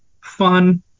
fun